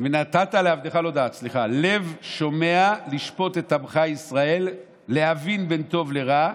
"ונתת לעבדך לב שמע לשפט את עמך להבין בין טוב לרע,